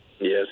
Yes